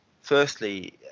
Firstly